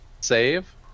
save